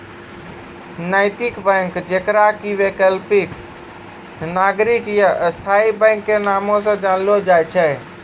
नैतिक बैंक जेकरा कि वैकल्पिक, नागरिक या स्थायी बैंको के नामो से जानलो जाय छै